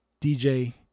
DJ